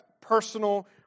personal